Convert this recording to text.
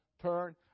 turn